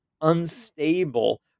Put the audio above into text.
unstable